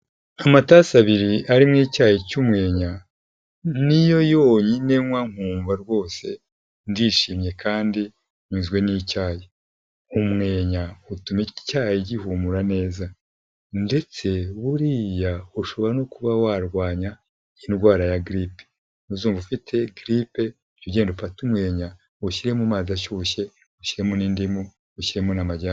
Amatasi abiri arimo icyayi cy'umwenya niyo yonyine nywa nkumva rwose ndishimye kandi nyuzwe n'icyayi, umwenya utuma icyayi gihumura neza ndetse buriya ushobora no kuba warwanya indwara ya giripe uzumva ufite indwara ya giripe jya ugenda ufate umwenya ushyire mu mazi ashyushye, ushyiremo n'indimu, ushyiremo n'amajyane.